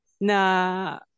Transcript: na